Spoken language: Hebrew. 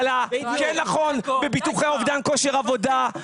בביטוחי אובדן כושר עבודה,